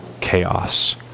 chaos